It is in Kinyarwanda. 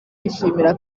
yishimira